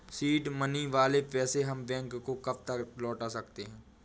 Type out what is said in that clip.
Seed money वाले पैसे हम बैंक को कब तक लौटा सकते हैं?